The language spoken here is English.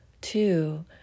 Two